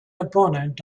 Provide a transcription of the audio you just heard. opponent